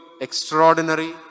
extraordinary